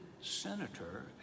Senator